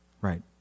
Right